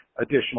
additional